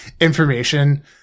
information